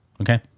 Okay